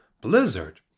blizzard